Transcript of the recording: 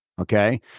Okay